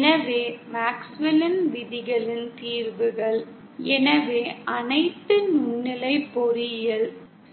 எனவே மேக்ஸ்வெல்லின் விதிகளின் தீர்வுகள் எனவே அனைத்து நுண்ணலை பொறியியல்